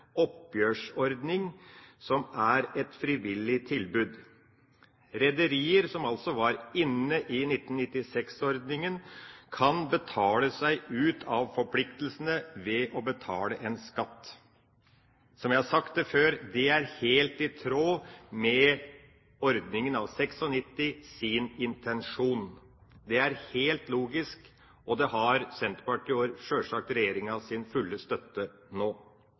oppgjørsordning som er et frivillig tilbud. Rederier som var inne i 1996-ordninga, kan betale seg ut av forpliktelsene ved å betale en skatt. Som jeg har sagt før: Det er helt i tråd med intensjonen i ordninga av 1996. Det er helt logisk og har Senterpartiets og sjølsagt regjeringas fulle støtte nå.